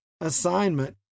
assignment